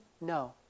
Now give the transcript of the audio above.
No